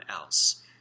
else